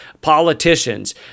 politicians